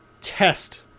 test